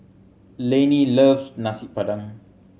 Lainey love Nasi Padang